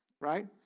right